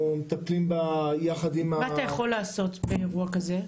מטפלים בה יחד עם ה- -- מה אתה יכול לעשות באירוע כזה?